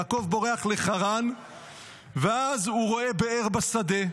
יעקב בורח לחרן ואז הוא רואה באר בשדה.